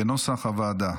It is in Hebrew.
כנוסח הוועדה.